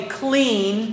clean